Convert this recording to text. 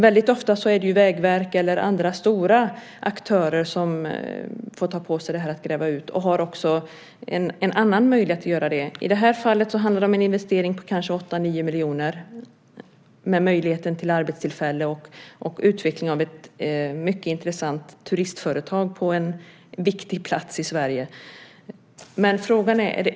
Väldigt ofta är det Vägverket eller andra stora aktörer som får ta på sig att gräva ut, och de har också en annan möjlighet att göra det. I det här fallet handlar det om en investering på kanske 8-9 miljoner med möjligheten till arbetstillfällen och utvecklingen av ett mycket intressant turistföretag på en viktig plats i Sverige.